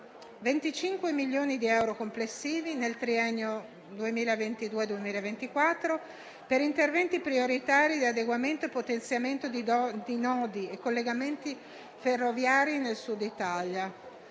10 milioni di euro per ciascuno degli anni dal 2023 al 2024, per interventi prioritari di adeguamento e potenziamento di nodi e collegamenti ferroviari nel Sud Italia